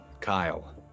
Kyle